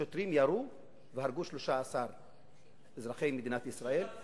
השוטרים ירו והרגו 13 אזרחי מדינת ישראל,